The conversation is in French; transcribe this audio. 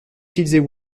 utiliser